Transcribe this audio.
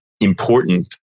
important